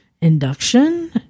induction